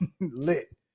lit